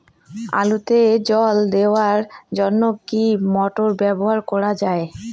আলুতে জল দেওয়ার জন্য কি মোটর ব্যবহার করা যায়?